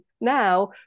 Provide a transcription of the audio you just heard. now